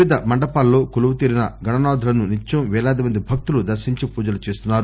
వివిధ మండపాల్లో కొలువుతీరిన గణనాథులను నిత్యం పేలాది మంది భక్తులు దర్తించి పూజలు చేస్తున్నారు